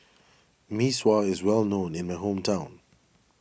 Mee Sua is well known in my hometown